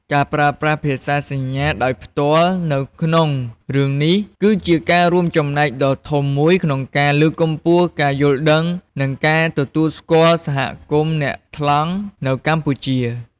ការប្រើប្រាស់ភាសាសញ្ញាដោយផ្ទាល់នៅក្នុងរឿងនេះ គឺជាការរួមចំណែកដ៏ធំមួយក្នុងការលើកកម្ពស់ ការយល់ដឹង និងការទទួលស្គាល់សហគមន៍អ្នកថ្លង់ នៅកម្ពុជា ។